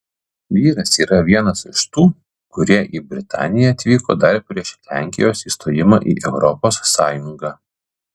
vyras yra vienas iš tų kurie į britaniją atvyko dar prieš lenkijos įstojimą į europos sąjungą